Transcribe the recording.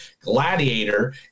Gladiator